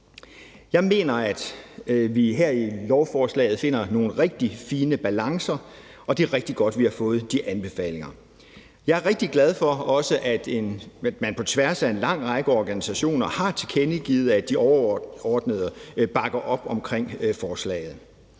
Jeg mener, at vi her i lovforslaget finder nogle rigtig fine balancer, og det er rigtig godt, at vi har fået de anbefalinger. Jeg er også rigtig glad for, at man på tværs af en lang række organisationer har tilkendegivet, at de overordnet bakker op om forslaget.